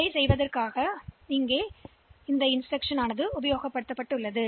எனவே அது இங்கே செய்யப்படுகிறது